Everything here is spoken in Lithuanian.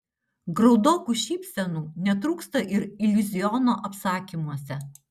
graudokų šypsenų netrūksta ir iliuziono apsakymuose